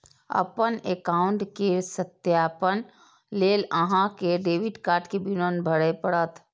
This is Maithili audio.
अपन एकाउंट केर सत्यापन लेल अहां कें डेबिट कार्ड के विवरण भरय पड़त